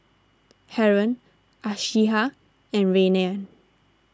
Haron Aishah and Rayyan